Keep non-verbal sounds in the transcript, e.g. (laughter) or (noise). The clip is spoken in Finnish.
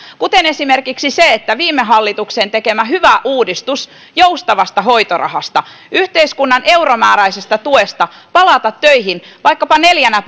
esimerkiksi se että viime hallituksen tekemä hyvä uudistus joustavasta hoitorahasta yhteiskunnan euromääräisestä tuesta palata töihin vaikkapa neljänä (unintelligible)